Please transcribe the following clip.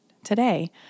today